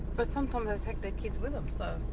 but sometimes they take their kids with them. so